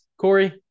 Corey